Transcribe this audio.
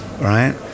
right